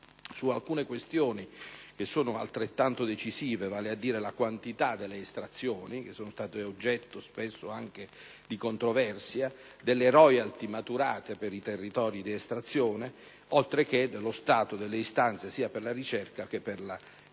su alcune questioni che sono altrettanto decisive, vale a dire la quantità delle estrazioni, che sono state oggetto spesso anche di controversia, le *royalties* maturate per i territori di estrazione e lo stato delle istanze, sia per la ricerca che per l'estrazione.